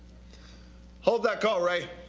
hold that call, ray.